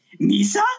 Misa